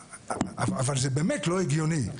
אבל זה באמת לא הגיוני.